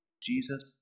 Jesus